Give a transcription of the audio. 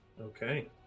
Okay